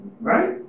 Right